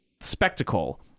spectacle